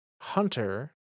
hunter